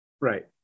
Right